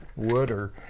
wood or